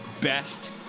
best